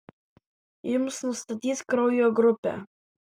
jums nustatys kraujo grupę